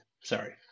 Sorry